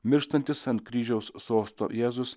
mirštantis ant kryžiaus sosto jėzus